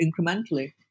incrementally